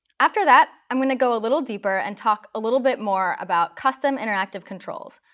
after that, i'm going to go a little deeper and talk a little bit more about custom interactive controls,